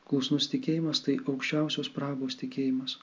klusnus tikėjimas tai aukščiausios prabos tikėjimas